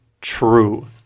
true